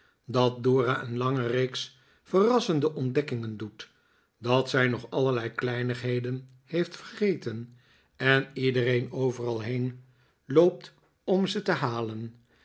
dat dora een lange reeks verrassende ontdekkingen doet dat zij nog allerlei kleinigheden heeft vergeten en iedereen overal heen loopt om ze te halen